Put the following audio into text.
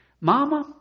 Mama